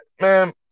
man